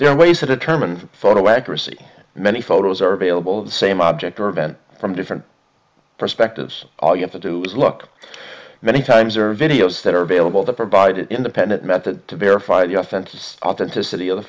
there are ways to determine photo accuracy many photos are available of the same object or event from different perspectives all you have to do is look many times or videos that are available to provide independent method to verify the offense authenticity of the